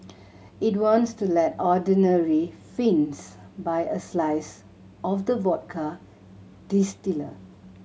it wants to let ordinary Finns buy a slice of the vodka distiller